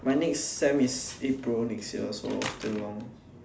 my next sem is April next year so still long